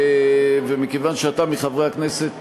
ומכיוון שאתה מחברי הכנסת